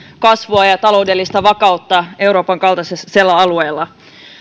kasvua ja taloudellista vakautta euroopan kaltaisella alueella